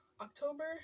October